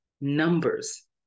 numbers